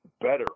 better